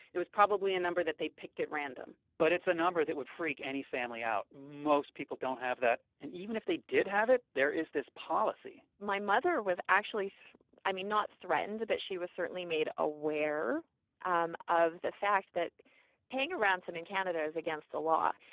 it was probably a number that they picked at random but it's a number that would freak any family out. most people don't have that. and even if they did have it, there is this policy my mother was actually so i mean, not threatened. but she was certainly made aware um of the fact that paying a ransom in canada is against the law.